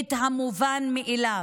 את המובן מאליו: